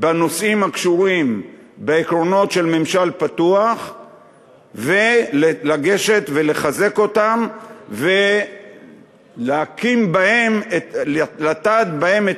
בנושאים הקשורים בעקרונות של ממשל פתוח ולגשת ולחזק אותם ולטעת בהם את